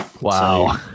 Wow